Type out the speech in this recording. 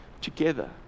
together